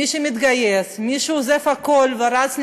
מי שמתגייס, מי שעוזב הכול ורץ למילואים,